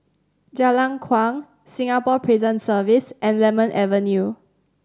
Jalan Kuang Singapore Prison Service and Lemon Avenue